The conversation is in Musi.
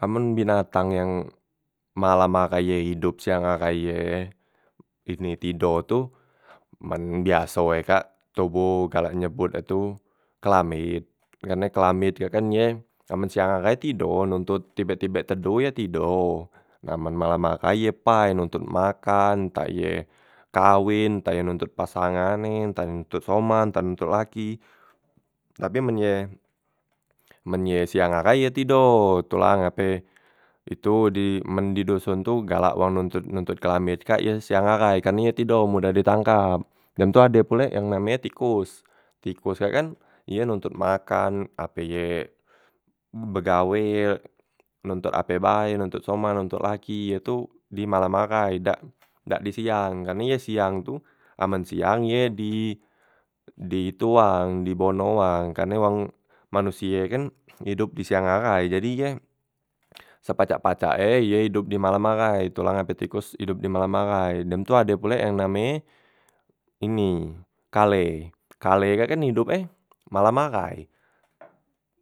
Amen binatang yang malam ahai ye idop siang ahai ye ini tido tu, men biaso e kak toboh galak nyebut e tu kelamet, karne kelamet kak kan ye men siang ahai tido nontot tibe- tibe tedoh ye tido, na men malem ahai ye pai nontot makan, entah iye kawen, entah iye nontot pasangan e, entah nontot soman, entah nontot laki, tapi men ye men ye siang ahai ye tido. Tu la ngape itu di men di doson tu galak wong nontot nontot kelamet kak ye siang ahai, karne ye tido modah ditangkap. Dem tu ade pulek yang name e tikos, tikos kak kan ye nontot makan, ape ye begawe, nontot ape bae, nontot soman, nontot laki ye tu di malam ahai dak dak di siang, karne ye siang tu amen siang ye di di tuang di bonoang, karne wong manusie kan idop di siang ahai, jadi ye sepacak- pacak e ye idop di malam ahai, tu la ngape idop di malam ahai. Dem tu ade pulek yang name e ini kale, kale kak kan idop e malam ahai,